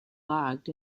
logged